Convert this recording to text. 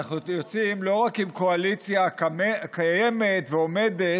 אנחנו יוצאים לא רק עם קואליציה קיימת ועומדת,